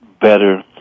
better